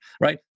right